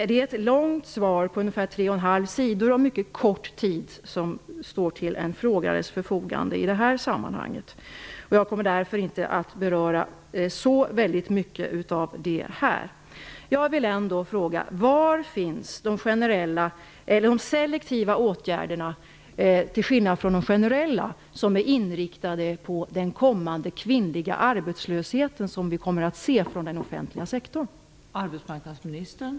Det är ett långt svar, ungefär tre och en halv sida, och det är en mycket kort tid som står till en frågeställares förfogande. Jag kommer därför inte att beröra så mycket av detta nu.